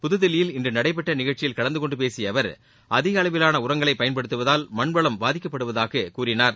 புதுதில்லியில் இன்று நடைபெற்ற நிகழ்ச்சியில் கலந்து கொண்டு பேசிய அவர் அதிக அளவிலான உரங்களை பயன்படுத்துவதால் மண்வளம் பாதிக்கப்படுவதாக கூறினார்